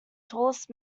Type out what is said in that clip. tallest